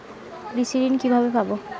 কৃষি ঋন কিভাবে পাব?